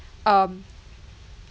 um